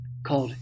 Called